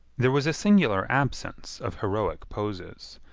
there was a singular absence of heroic poses.